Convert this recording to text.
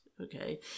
Okay